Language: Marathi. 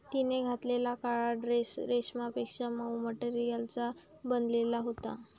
तिने घातलेला काळा ड्रेस रेशमापेक्षा मऊ मटेरियलचा बनलेला होता